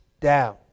down